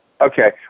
Okay